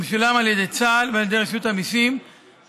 המשולם על ידי צה"ל ועל ידי רשות המיסים בנוסף